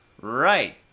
right